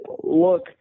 Look